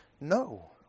no